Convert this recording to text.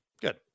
Good